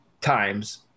times